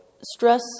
stress